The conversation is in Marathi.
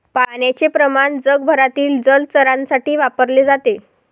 पाण्याचे प्रमाण जगभरातील जलचरांसाठी वापरले जाते